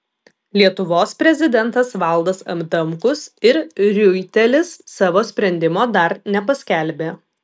lietuvos prezidentas valdas adamkus ir riuitelis savo sprendimo dar nepaskelbė